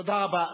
תודה רבה.